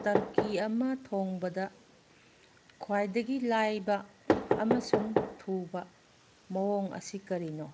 Turkey ꯑꯃ ꯊꯣꯡꯕꯗ ꯈ꯭ꯋꯥꯏꯗꯒꯤ ꯂꯥꯏꯕ ꯑꯃꯁꯨꯡ ꯊꯨꯕ ꯃꯑꯣꯡ ꯑꯁꯤ ꯀꯔꯤꯅꯣ